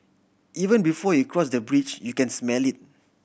even before you cross the bridge you can smell it